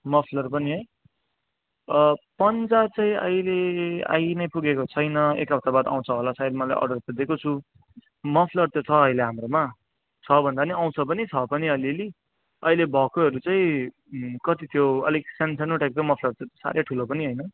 muffler पनि है पन्जा चाहिँ अहिले आई नै पुगेको छैन एक हप्ता बाद आउँछ होला सायद मैले अर्डर त दिएको छु मफलर त छ अहिले हाम्रोमा छ भन्दा पनि आउँछ पनि छ पनि अलिलि अहिले भएकोहरू चाहिँ कति त्यो अलिक सानो सानो टाइपकै मफलरहरू साह्रै ठुलो पनि हैन ठिकैको